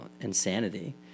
insanity